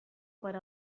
per